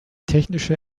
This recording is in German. technische